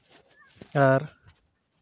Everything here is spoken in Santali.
ᱟᱨ